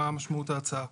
מה משמעות ההצעה.